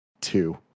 two